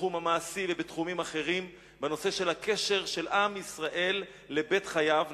בתחום המעשי ובתחומים אחרים בנושא של הקשר של עם ישראל לבית חייו,